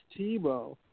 Tebow